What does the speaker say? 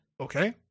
okay